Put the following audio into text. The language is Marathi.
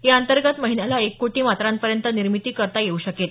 याअंतर्गत महिन्याला एक कोटी मात्रांपर्यंत निर्मिती करता येऊ शकेल